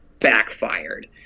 backfired